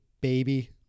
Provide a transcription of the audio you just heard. baby